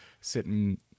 sitting